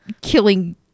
killing